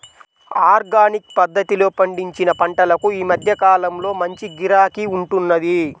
organic పద్ధతిలో పండించిన పంటలకు ఈ మధ్య కాలంలో మంచి గిరాకీ ఉంటున్నది